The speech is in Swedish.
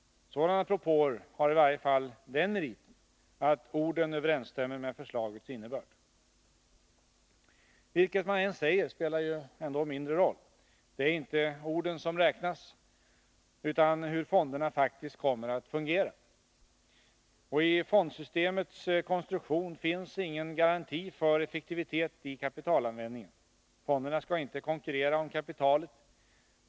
Sådana propåer har i varje fall den meriten att orden överensstämmer med förslagets innebörd. Vilket man än säger, så spelar det ju mindre roll. Det är inte orden som räknas, utan hur fonderna faktiskt kommer att fungera. Och i fondsystemets konstruktion finns ingen garanti för effektiviteten i kapitalanvändningen. Fonderna skall inte konkurrera om kapitalet.